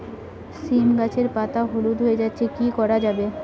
সীম গাছের পাতা হলুদ হয়ে যাচ্ছে কি করা যাবে?